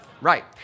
Right